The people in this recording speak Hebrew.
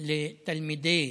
לתלמידי